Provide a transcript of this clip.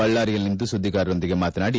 ಬಳ್ಳಾರಿಯಲ್ಲಿಂದು ಸುದ್ದಿಗಾರರೊಂದಿಗೆ ಮಾತನಾಡಿ